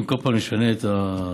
אם כל פעם נשנה את הפורמולה,